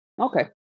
Okay